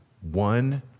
one